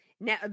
Now